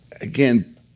Again